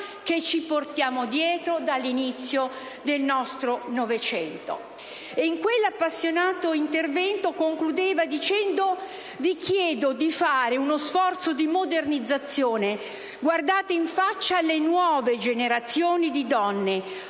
che ci portiamo dietro dall'inizio del Novecento». In quell'appassionato intervento terminava dicendo: «Vi chiedo solo di fare uno sforzo di modernizzazione. Guardate in faccia le nuove generazioni delle donne.